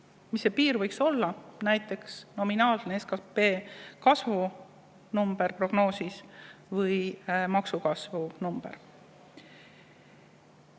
Mis see piir võiks olla? Näiteks nominaalse SKP kasvu number prognoosis või maksude kasvu